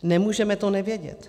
Nemůže to nevědět.